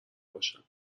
باشم